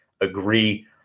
agree